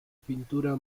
pintura